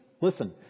listen